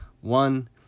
one